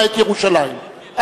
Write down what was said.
למעט ירושלים,